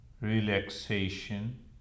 relaxation